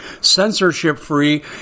censorship-free